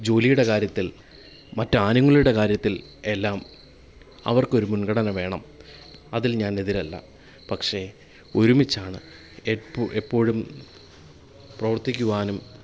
ജോലിയുടെ കാര്യത്തിൽ മറ്റു ആനുകൂല്യങ്ങളുടെ കാര്യത്തിൽ എല്ലാം അവർക്കൊരു മുൻഗണന വേണം അതിൽ ഞാനെതിരല്ല പക്ഷെ ഒരുമിച്ചാണ് എപ്പോഴും എപ്പോഴും പ്രവർത്തിക്കുവാനും